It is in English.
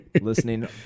Listening